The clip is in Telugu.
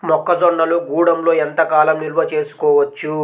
మొక్క జొన్నలు గూడంలో ఎంత కాలం నిల్వ చేసుకోవచ్చు?